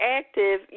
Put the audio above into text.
active